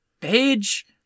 page